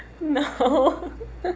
no